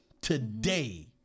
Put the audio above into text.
today